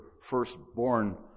firstborn